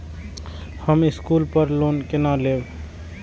हम स्कूल पर लोन केना लैब?